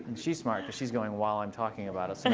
she's smart, cause she's going while i'm talking about it.